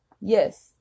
yes